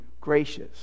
gracious